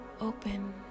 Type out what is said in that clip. open